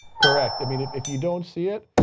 correct. i mean, if if you don't see it,